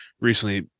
recently